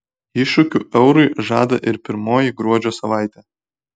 iššūkių eurui žada ir pirmoji gruodžio savaitė